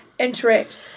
interact